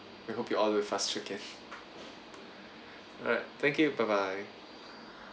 we hope you order from us again alright thank you bye bye